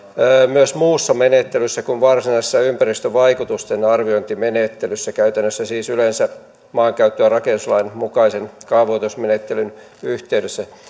myös muussa menettelyssä kuin varsinaisessa ympäristövaikutusten arviointimenettelyssä käytännössä siis yleensä maankäyttö ja rakennuslain mukaisen kaavoitusmenettelyn yhteydessä